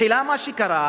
תחילה מה שקרה,